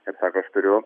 ir sako aš turiu